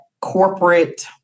corporate